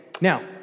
now